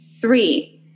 Three